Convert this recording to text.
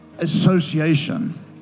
Association